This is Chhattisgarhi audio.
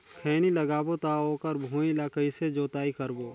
खैनी लगाबो ता ओकर भुईं ला कइसे जोताई करबो?